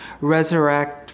resurrect